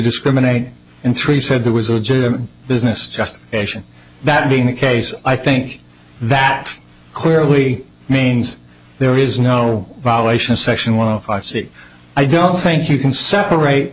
discriminate and three said that was a business just that being the case i think that clearly means there is no ballet in section one five six i don't think you can separate